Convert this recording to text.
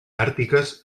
àrtiques